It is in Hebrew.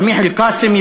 סמיח אלקאסם,